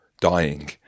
dying